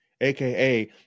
aka